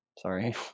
Sorry